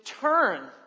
turn